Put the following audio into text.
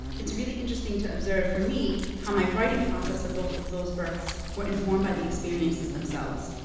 it's really interesting to observe, for me, how my writing process of both of those births were informed by the experiences themselves.